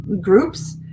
groups